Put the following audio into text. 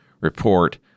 report